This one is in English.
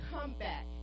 Comeback